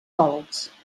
solts